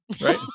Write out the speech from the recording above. right